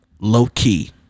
low-key